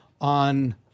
on